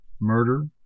murder